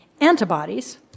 antibodies